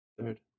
Third